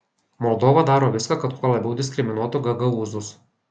moldova daro viską kad kuo labiau diskriminuotų gagaūzus